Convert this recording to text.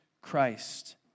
Christ